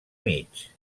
mig